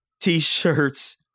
t-shirts